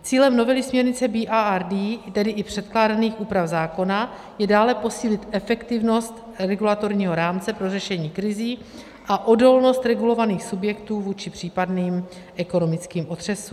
Cílem novely směrnice BRRD, tedy i předkládaných úprav zákona, je dále posílit efektivnost regulatorního rámce pro řešení krizí a odolnost regulovaných subjektů vůči případným ekonomickým otřesům.